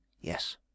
Yes